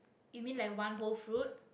you mean like one whole fruit